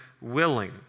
willing